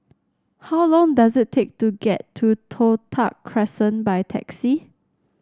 how long does it take to get to Toh Tuck Crescent by taxi